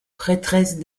prêtresse